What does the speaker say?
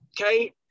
okay